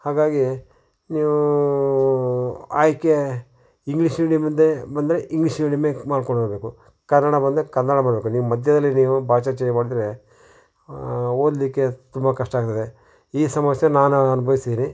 ಹಾಗಾಗಿ ನೀವು ಆಯ್ಕೆ ಇಂಗ್ಲೀಷ್ ಮೀಡ್ಯಮಿಂದೇ ಬಂದರೆ ಇಂಗ್ಲೀಷ್ ಮೀಡಿಯಮ್ಮೇ ಮಾಡ್ಕೊಂಡು ಹೋಗಬೇಕು ಕನ್ನಡ ಬಂದರೆ ಕನ್ನಡ ಮಾಡಬೇಕು ನೀವು ಮಧ್ಯದಲ್ಲಿ ನೀವು ಭಾಷೆ ಚೇಂಜ್ ಮಾಡಿದ್ರೆ ಓದಲಿಕ್ಕೆ ತುಂಬ ಕಷ್ಟ ಆಗ್ತದೆ ಈ ಸಮಸ್ಯೆ ನಾನು ಅನ್ಭವ್ಸಿದೀನಿ